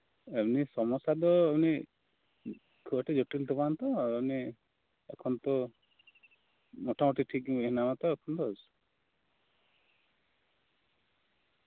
ᱥᱚᱢᱚᱥᱥᱟ ᱫᱚ ᱫᱚᱢᱮ ᱡᱚᱴᱤᱞ ᱫᱚ ᱵᱟᱝ ᱛᱚ ᱮᱠᱷᱚᱱ ᱫᱚ ᱴᱷᱤᱠᱼᱴᱷᱟᱠ ᱜᱮ ᱦᱮᱱᱟᱢᱟ ᱛᱚ ᱮᱠᱷᱚᱱ ᱫᱚ